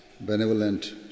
benevolent